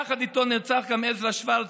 יחד איתו נרצח גם עזרא שוורץ,